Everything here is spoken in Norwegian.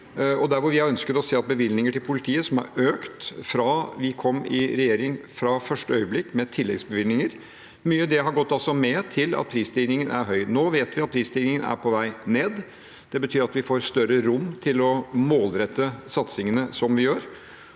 vi har ønsket å se bevilgninger til politiet – som har økt fra første øyeblikk vi kom i regjering, med tilleggsbevilgninger – har mye av det gått med til at prisstigningen er høy. Nå vet vi at prisstigningen er på vei ned. Det betyr at vi får større rom til å målrette satsingene vi gjør.